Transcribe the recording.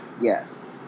Yes